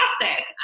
toxic